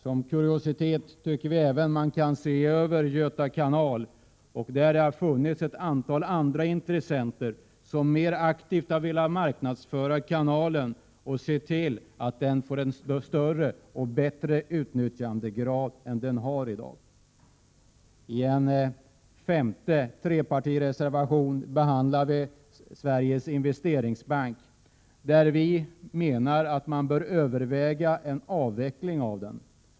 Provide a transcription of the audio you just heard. Som en kuriositet tycker vi även att Göta kanalbolag kan ses över. Ett antal har mer aktivt velat marknadsföra kanalen och se till att den får en större och bättre utnyttjandegrad än den har i dag. I en femte trepartireservation behandlar vi Sveriges Investeringsbank. Vi menar att en avveckling av den bör övervägas.